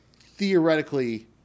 theoretically